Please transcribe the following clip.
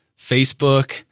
Facebook